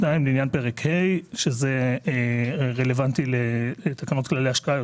2. לעניין פרק ה' זה רלוונטי לתקנות כללי ההשקעה.